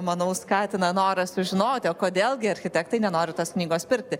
manau skatina norą sužinoti o kodėl gi architektai nenori tos knygos pirkti